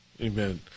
Amen